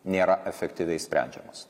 nėra efektyviai sprendžiamos